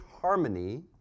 harmony